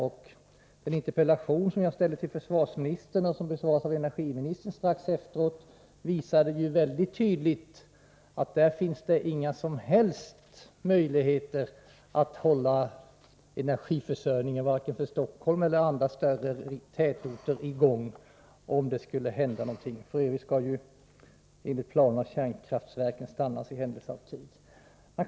I en interpellation som jag ställde till försvarsministern och som besvarades av energiministern strax efteråt visades mycket tydligt att det inte finns några som helst möjligheter att hålla energiförsörjningen för vare sig Stockholm eller andra större tätorter i gång om det skulle hända någonting. F. ö. skall ju enligt planerna kärnkraftverken stannas i händelse av krig.